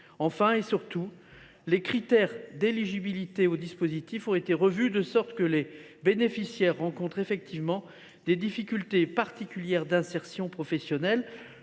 Enfin, et surtout, les critères d’éligibilité au dispositif ont été revus pour le recentrer sur les personnes rencontrant effectivement des difficultés particulières d’insertion professionnelle.